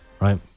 right